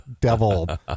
devil